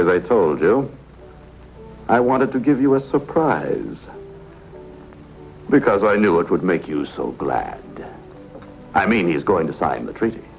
they told you i wanted to give us surprises because i knew it would make you so glad i mean he's going to sign the treaty